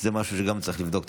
גם זה משהו שצריך לבדוק.